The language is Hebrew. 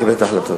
לקבל את ההחלטות,